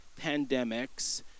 pandemics